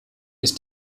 ist